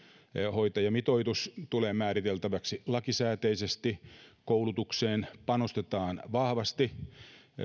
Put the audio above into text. hoitajamitoitus tulee määriteltäväksi lakisääteisesti koulutukseen panostetaan vahvasti